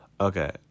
Okay